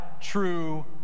true